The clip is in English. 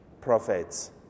prophets